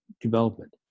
development